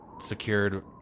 secured